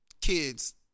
kids